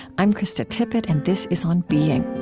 i'm krista tippett, and this is on being